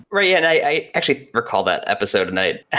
right, yeah. and i actually recall that episode tonight.